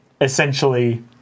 essentially